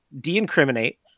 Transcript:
de-incriminate